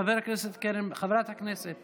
חברת הכנסת